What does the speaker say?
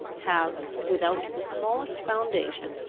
have, without the smallest foundation,